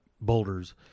boulders